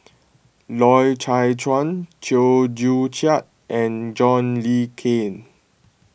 Loy Chye Chuan Chew Joo Chiat and John Le Cain